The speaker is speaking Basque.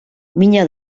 mina